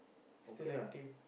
okay lah